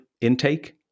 intake